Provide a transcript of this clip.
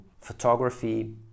photography